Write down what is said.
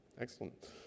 Excellent